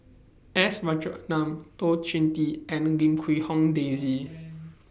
S Rajaratnam Tan Choh Tee and Lim Quee Hong Daisy